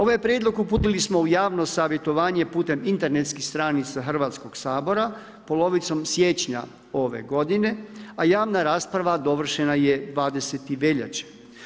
Ovaj prijedlog uputili smo u javno savjetovanje putem internetskih stranica Hrvatskog sabora polovicom siječnja ove godine, a javna rasprava dovršena je 20. veljače.